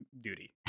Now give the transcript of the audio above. duty